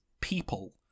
people